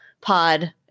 pod